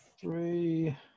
three